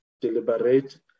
deliberate